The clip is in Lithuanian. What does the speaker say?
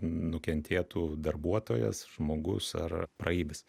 nukentėtų darbuotojas žmogus ar praeivis